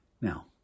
Now